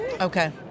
Okay